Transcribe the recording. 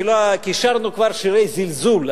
כי שרנו כבר שירי זלזול,